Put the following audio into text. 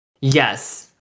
Yes